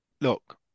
Look